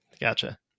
Gotcha